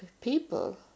people